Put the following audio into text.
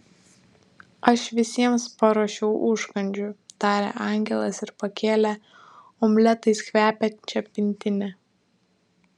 aš visiems paruošiau užkandžių tarė angelas ir pakėlė omletais kvepiančią pintinę